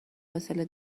فاصله